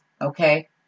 Okay